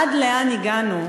עד לאן הגענו,